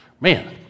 man